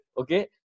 Okay